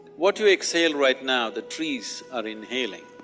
what you exhale right now, the trees are inhaling,